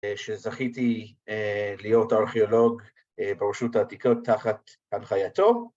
‫שזכיתי להיות ארכיאולוג ‫בראשות העתיקות תחת הנחייתו.